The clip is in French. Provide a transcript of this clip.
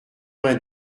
vingt